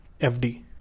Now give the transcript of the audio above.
FD